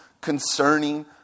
concerning